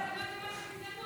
איך זה שכל קבוצה סובלת מגזענות?